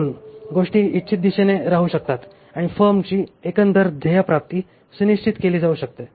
म्हणून गोष्टी इच्छित दिशेने राहू शकतात आणि फर्मची एकंदर ध्येय प्राप्ती सुनिश्चित केली जाऊ शकते